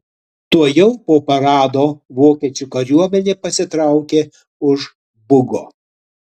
tuojau po parado vokiečių kariuomenė pasitraukė už bugo